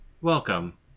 welcome